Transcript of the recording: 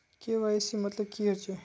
KYC मतलब की होचए?